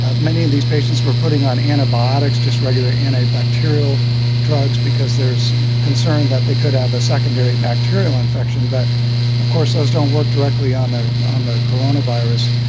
ah many of these patients were putting on antibiotics, just regular anti-bacterial drugs, because there's concern that they could have a secondary bacterial infection. but of course, those don't work directly on the on the corona virus.